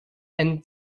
and